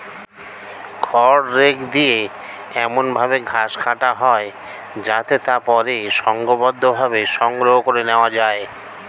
খড় রেক দিয়ে এমন ভাবে ঘাস কাটা হয় যাতে তা পরে সংঘবদ্ধভাবে সংগ্রহ করে নেওয়া যায়